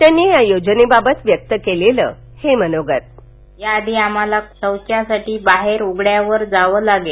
त्यांनी या योजनेबाबत व्यक्त केलेले हे मनोगत ध्वनी याआधी आम्हाला सौचासाठी बाहेर उघड्यावर जावे लागे